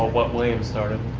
what williams started.